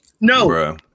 No